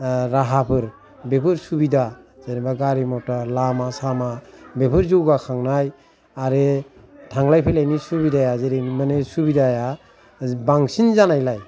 राहाफोर बेफोर सुबिदा जेनबा गारि मथर लामा सामा बेफोर जाैगाखांनाय आरो थांलाय फैलायनि सुबिदाआ जेरै माने सुबिदाआ बांसिन जानायलाय